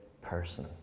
person